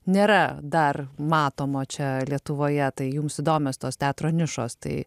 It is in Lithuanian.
nėra dar matomo čia lietuvoje tai jums įdomios tos teatro nišos tai